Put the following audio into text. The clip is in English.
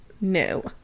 no